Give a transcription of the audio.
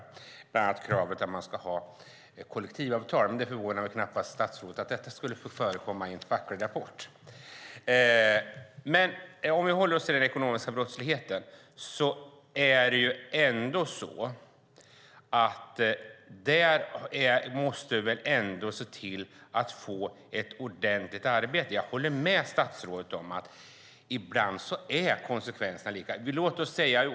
Det handlar bland annat om krav på att man ska ha kollektivavtal. Men det förvånar väl knappast statsrådet att detta skulle förekomma i en facklig rapport. Om vi håller oss till den ekonomiska brottsligheten måste vi väl ändå se till att få ett ordentligt arbete. Jag håller med statsrådet om att ibland är konsekvenserna lika.